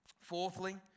Fourthly